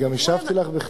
אבל אני גם השבתי לך בכתב,